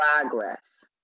progress